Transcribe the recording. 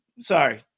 sorry